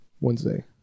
wednesday